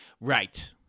right